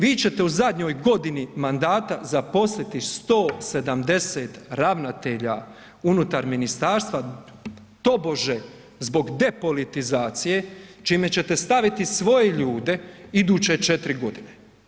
Vi ćete u zadnjoj godini mandata zaposliti 170 ravnatelja unutar ministarstva tobože zbog depolitizacije čime ćete staviti svoje ljude iduće četiri godine.